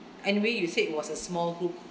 anyway you said it was a small group